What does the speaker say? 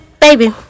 Baby